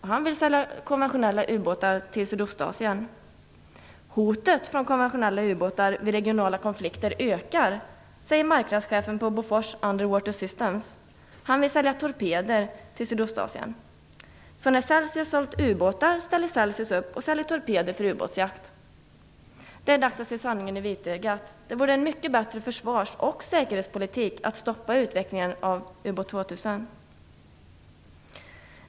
Han vill sälja konventionella ubåtar till Sydostasien. Hotet från konventionella ubåtar vid regionala konflikter ökar, säger marknadschefen på Bofors Underwater Systems. Han vill sälja torpeder till Sydostasien. Så när Celsius sålt ubåtar ställer Celsius upp och säljer torpeder för ubåtsjakt. Det är dags att se sanningen i vitögat. Det vore en mycket bättre försvars och säkerhetspolitik att stoppa utvecklingen av Ubåt 2000.